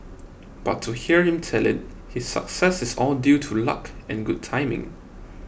but to hear him tell it his success is all due to luck and good timing